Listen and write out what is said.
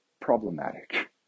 problematic